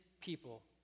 people